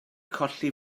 colli